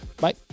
Bye